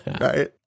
right